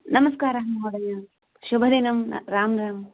नमस्कारः महोदय शुभदिनं राम् राम्